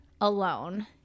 alone